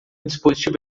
dispositivo